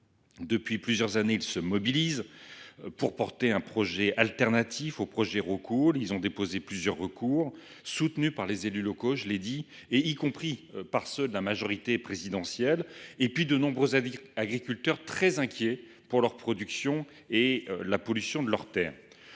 Depuis plusieurs années, ils se mobilisent pour porter un projet de substitution. Ils ont déposé plusieurs recours, soutenus par les élus locaux, y compris par ceux de la majorité présidentielle, et par de nombreux agriculteurs, très inquiets pour leur production et la pollution de leurs terres.